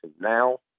now